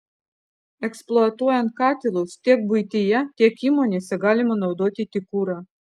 eksploatuojant katilus tiek buityje tiek įmonėse galima naudoti tik kurą